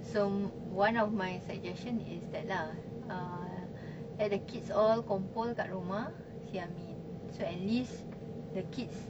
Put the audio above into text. so one of my suggestion is that lah uh let the kids all kumpul kat rumah si amin so at least the kids